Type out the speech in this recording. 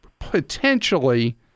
potentially